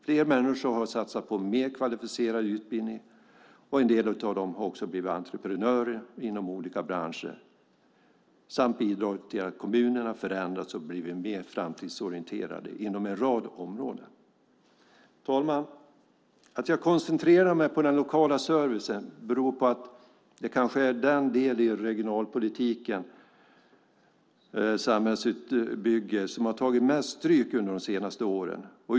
Fler människor har satsat på mer kvalificerad utbildning, och en del av dem har också blivit entreprenörer inom olika branscher samt bidragit till att kommunerna förändrats och blivit mer framtidsorienterade inom en rad områden. Herr talman! Att jag koncentrerar mig på den lokala servicen beror på att det kanske är den del i regionalpolitiken och samhällsbygget som har tagit mest stryk under de senaste åren.